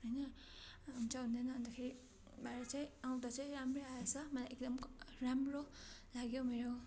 होइन हुन्छ हुँदैन अन्तखेरि भरे चाहिँ आउँदा चाहिँ राम्रै आएछ मलाई एकदम राम्रो लाग्यो मेरो